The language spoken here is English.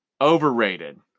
overrated